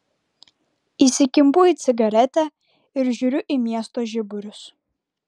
įsikimbu į cigaretę ir žiūriu į miesto žiburius